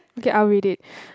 okay I'll read it